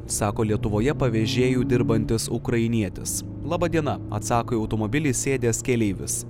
sako lietuvoje pavėžėju dirbantis ukrainietis laba diena atsako į automobilį įsėdęs keleivis